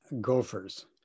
gophers